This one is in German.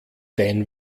dein